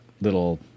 little